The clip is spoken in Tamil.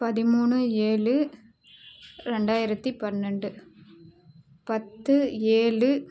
பதிமூணு ஏழு ரெண்டாயிரத்தி பன்னெண்டு பத்து ஏழு